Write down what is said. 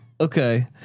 okay